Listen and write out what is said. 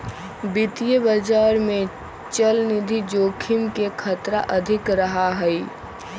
वित्तीय बाजार में चलनिधि जोखिम के खतरा अधिक रहा हई